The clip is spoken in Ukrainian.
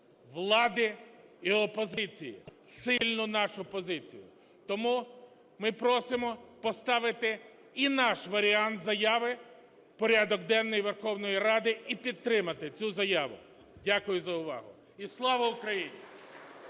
влади і опозиції, сильну нашу позицію. Тому ми просимо поставити і наш варіант заяви в порядок денний Верховної Ради і підтримати цю заяву. Дякую за увагу. І слава Україні!